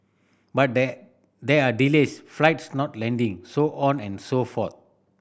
but there there are delays flights not landing so on and so forth